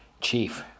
Chief